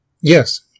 Yes